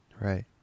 Right